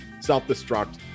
self-destruct